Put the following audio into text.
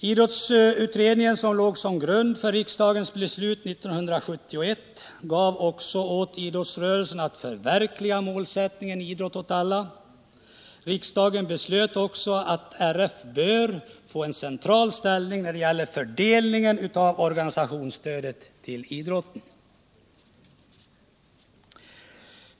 Idrottsutredningen, vars betänkande låg till grund för riksdagens beslut 1971, gav åt idrottsrörelsen uppgiften att förverkliga målsättningen Idrott åt alla. Riksdagen beslöt också att RF borde få en central ställning när det gäller fördelningen av organisationsstödet till idrotten.